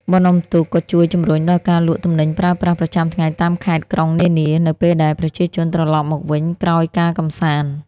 បុណ្យអុំទូកក៏ជួយជំរុញដល់ការលក់ទំនិញប្រើប្រាស់ប្រចាំថ្ងៃតាមខេត្តក្រុងនានា នៅពេលដែលប្រជាជនត្រឡប់មកវិញក្រោយការកម្សាន្ត។